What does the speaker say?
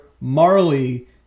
Marley